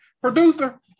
Producer